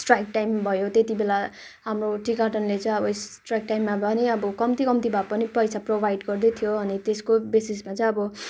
strike time भयो त्यति बेला हाम्रो टी गार्डनले चाहिँ अब स्ट्राइक टाइममा भए पनि अब कम्ती कम्ती भए पनि पैसा प्रोभाइड गर्दै थियो अनि त्यसको बेसिसमा चाहिँ अब